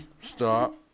stop